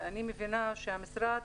ואני מבינה שהמשרד